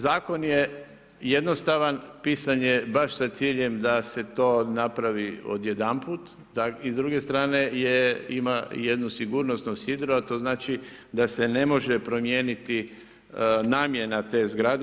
Zakon je jednostavan, pisan je baš sa ciljem da se to napravi odjedanput i s druge strane je, ima jedno sigurnosno sidro, a to znači da se ne može promijeniti namjena te zgrade.